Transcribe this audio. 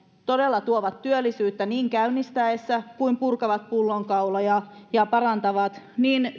todella tuovat työllisyyttä niitä käynnistettäessä sekä purkavat pullonkauloja ja ja parantavat